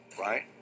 right